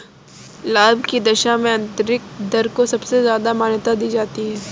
लाभ की दशा में आन्तरिक दर को सबसे ज्यादा मान्यता दी जाती है